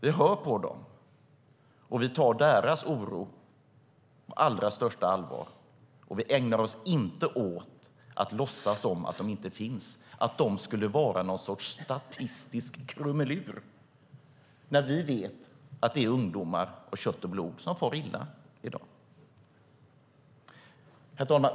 Vi hör dem, och vi tar deras oro på allra största allvar. Vi ägnar oss inte åt att låtsas att de inte finns, att de skulle vara någon sorts statistiska krumelurer, när vi vet att det är ungdomar av kött och blod som far illa. Herr talman!